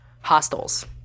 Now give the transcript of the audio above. hostels